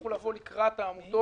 תמשיכו לבוא לקראת העמותות.